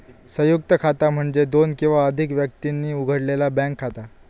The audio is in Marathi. संयुक्त खाता म्हणजे दोन किंवा अधिक व्यक्तींनी उघडलेला बँक खाता